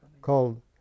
called